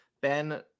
Ben